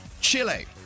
Chile